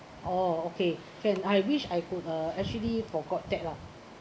oh okay can I wish I could uh actually forgot that lah